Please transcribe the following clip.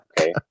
okay